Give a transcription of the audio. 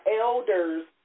elders